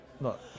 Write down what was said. Look